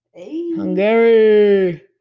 Hungary